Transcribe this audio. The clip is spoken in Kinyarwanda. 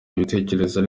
ibitekerezo